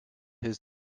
his